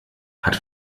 hat